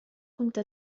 كنت